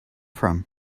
from